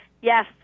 Yes